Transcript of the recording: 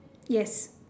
yes